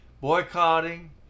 boycotting